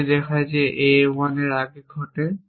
এটি দেখায় যে A 1 এর আগে ঘটে